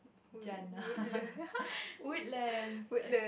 Woodlands